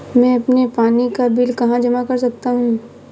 मैं अपने पानी का बिल कहाँ जमा कर सकता हूँ?